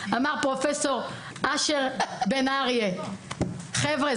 אמר פרופ' אשר בן אריה: חבר'ה,